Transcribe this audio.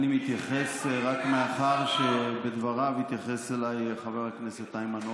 אני מתייחס רק מאחר שבדבריו התייחס אליי חבר הכנסת איימן עודה,